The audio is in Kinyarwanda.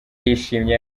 yishimye